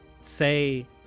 say